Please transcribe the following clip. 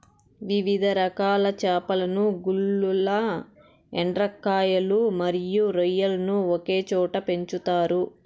వివిధ రకాల చేపలను, గుల్లలు, ఎండ్రకాయలు మరియు రొయ్యలను ఒకే చోట పెంచుతారు